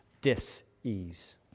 dis-ease